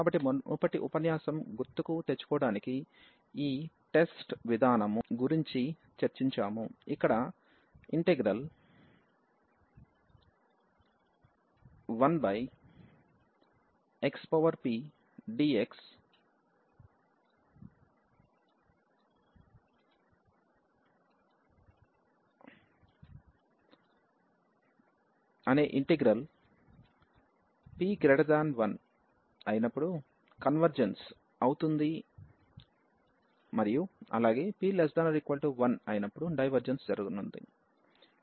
కాబట్టి మునుపటి ఉపన్యాసం గుర్తుకు తెచ్చుకోవడానికి ఈ టెస్ట్ విధానము గురించి చర్చించాము ఇక్కడ a1xpdx అనే ఇంటిగ్రల్ p1అయినప్పుడు కన్వర్జెన్స్ అవుతుంది అలాగే p≤1అయినప్పుడు డైవర్జెన్స్జరగతుంది